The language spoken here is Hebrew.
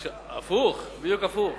הפוך, בדיוק הפוך.